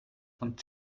von